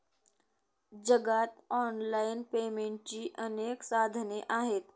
जगात ऑनलाइन पेमेंटची अनेक साधने आहेत